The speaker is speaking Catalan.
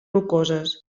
rocoses